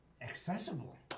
accessible